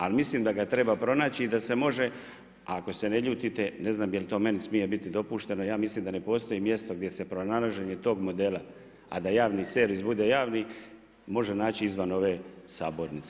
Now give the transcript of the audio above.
Ali, mislim da ga treba pronaći i da se može, ako se ne ljutite, ne znam, jel to meni smije biti dopušteno, ja mislim da ne postoji mjesto, gdje se pronalaženjem tog modela, a da javni servis, bude javni, može naći izvan ove sabornice.